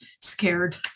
scared